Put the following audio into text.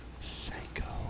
Psycho